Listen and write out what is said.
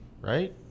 right